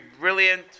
brilliant